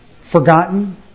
forgotten